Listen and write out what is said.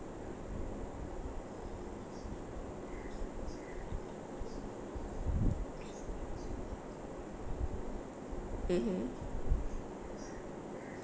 mmhmm